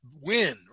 win